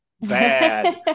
bad